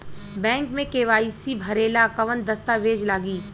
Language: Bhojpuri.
बैक मे के.वाइ.सी भरेला कवन दस्ता वेज लागी?